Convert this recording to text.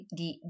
di